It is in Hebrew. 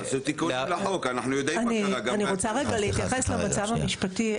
אני רוצה רגע להתייחס למצב המשפטי הקיים,